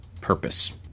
purpose